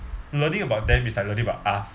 learning about them is like learning about us